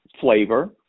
flavor